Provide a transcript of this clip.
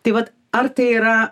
tai vat ar tai yra